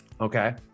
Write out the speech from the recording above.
okay